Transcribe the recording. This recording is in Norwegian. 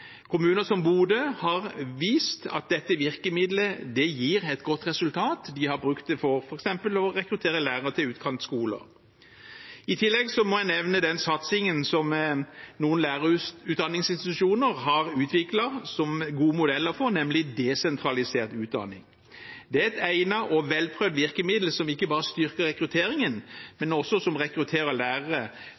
Kommuner som Bodø har vist at dette virkemidlet gir et godt resultat. De har brukt det f.eks. for å rekruttere lærere til utkantskoler. I tillegg må jeg nevne den satsingen som noen lærerutdanningsinstitusjoner har utviklet gode modeller for, nemlig desentralisert utdanning. Det er et egnet og velprøvd virkemiddel som ikke bare styrker rekrutteringen, men som også rekrutterer lærere til områder som ofte sliter med å skaffe kvalifiserte folk. Behovet for flere lærere